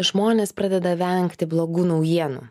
žmonės pradeda vengti blogų naujienų